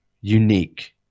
unique